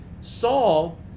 Saul